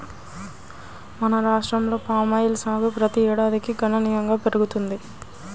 మన రాష్ట్రంలో పామాయిల్ సాగు ప్రతి ఏడాదికి గణనీయంగా పెరుగుతున్నది